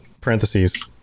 parentheses